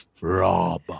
Rob